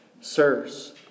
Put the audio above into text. Sirs